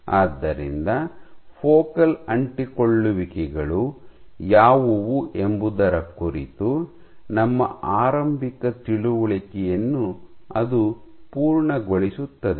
ಆದ್ದರಿಂದ ಫೋಕಲ್ ಅಂಟಿಕೊಳ್ಳುವಿಕೆಗಳು ಯಾವುವು ಎಂಬುದರ ಕುರಿತು ನಮ್ಮ ಆರಂಭಿಕ ತಿಳುವಳಿಕೆಯನ್ನು ಅದು ಪೂರ್ಣಗೊಳಿಸುತ್ತದೆ